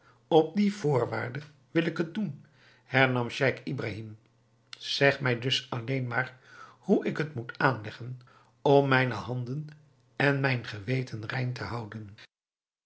op die voorwaarde wil ik het doen hernam scheich ibrahim zeg mij dus alleen maar hoe ik het moet aanleggen om mijne handen en mijn geweten rein te houden